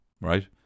Right